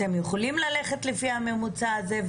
אתם יכולים ללכת לפי הממוצע הזה,